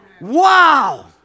Wow